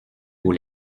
vos